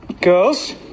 Girls